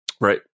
Right